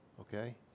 Okay